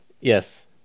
Yes